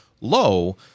low